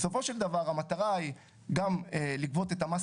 בסופו של דבר המטרה היא גם לגבות את המס